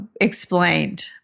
explained